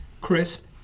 crisp